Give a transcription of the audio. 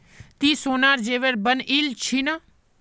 ती सोनार जेवर बनइल छि न